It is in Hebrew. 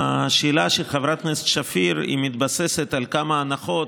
השאלה של חברת הכנסת שפיר מתבססת על כמה הנחות